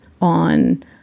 on